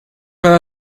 para